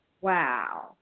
Wow